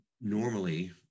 normally